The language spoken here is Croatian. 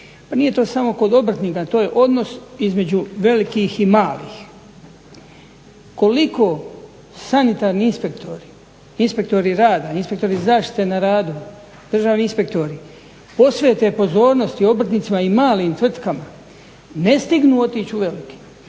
Pa nije to samo kod obrtnika. To je odnos između velikih i malih. Koliko sanitarni inspektori, inspektori rada, inspektori zaštite na radu, državni inspektori posvete pozornosti obrtnicima i malim tvrtkama. Ne stignu otić u velike,